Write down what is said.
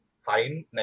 fine